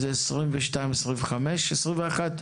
שהם 22 עד 25. סעיף 21,